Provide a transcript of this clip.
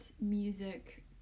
music